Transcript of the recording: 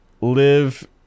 live